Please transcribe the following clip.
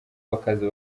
bakaza